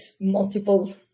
multiple